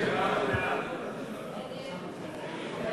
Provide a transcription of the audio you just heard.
הצעת